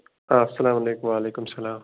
السلامُ علیکُم وعلیکُم السلام